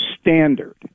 standard